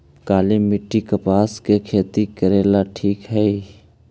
काली मिट्टी, कपास के खेती करेला ठिक हइ?